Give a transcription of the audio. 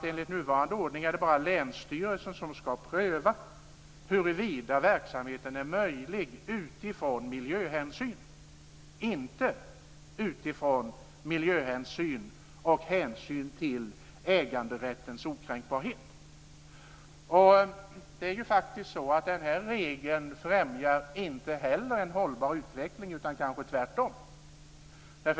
Enligt nuvarande ordning är det bara länsstyrelsen som ska pröva huruvida verksamheten är möjlig endast utifrån miljöhänsyn, och inte utifrån miljöhänsyn och hänsyn till äganderättens okränkbarhet. Denna regel främjar ju inte heller en hållbar utveckling - utan kanske tvärtom.